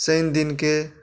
शनि दिनके